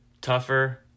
tougher